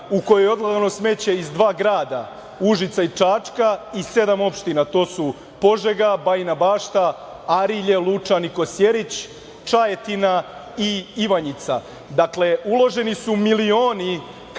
u kojoj je odlagano smeće iz dva grada Užica i Čačka i sedam opština to su Požega, Bajina Bašta, Arilje, Lučani, Kosjerić, Čajetina i Ivanjica. Dakle, uloženi su milioni kako bi